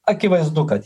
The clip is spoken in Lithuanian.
akivaizdu kad